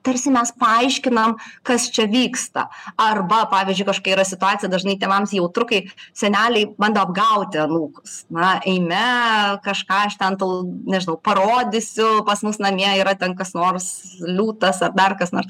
tarsi mes paaiškinam kas čia vyksta arba pavyzdžiui kažkokia yra situacija dažnai tėvams jautru kai seneliai bando apgauti anūkus na eime kažką aš ten tau nežinau parodysiu pas mus namie yra ten kas nors liūtas ar dar kas nors